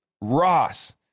Ross